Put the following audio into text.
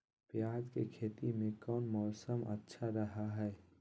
प्याज के खेती में कौन मौसम अच्छा रहा हय?